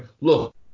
look